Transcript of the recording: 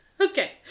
Okay